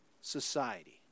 society